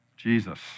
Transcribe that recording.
Jesus